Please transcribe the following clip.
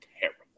terrible